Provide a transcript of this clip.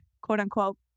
quote-unquote